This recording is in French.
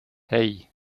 hey